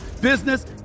business